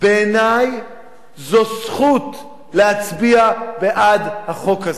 בעיני זו זכות להצביע בעד החוק הזה,